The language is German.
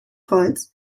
holz